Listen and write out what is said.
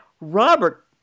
Robert